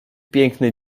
piękny